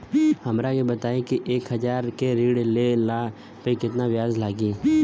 हमरा के बताई कि एक हज़ार के ऋण ले ला पे केतना ब्याज लागी?